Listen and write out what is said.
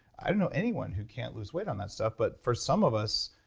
i don't know anyone who can't lose weight on that stuff but for some of us,